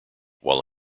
while